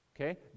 Okay